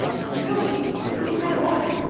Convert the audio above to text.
civility can be kind of boring.